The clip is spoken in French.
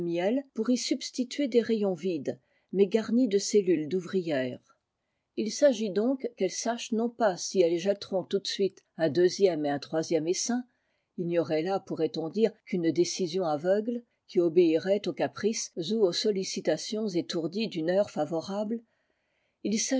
pour y substituer des rayons vides mais garnis de cellules d'ouvrières il s'agit donc qu'elles sachent non pas si elles jetteront tout de suite un deuxième et un troisième essaim il n'y aurait là pourraiton dire qu'une décision aveugle qui obéirait aux caprices ou aux sollicitations étourdies d'une heure favorable